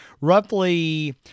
roughly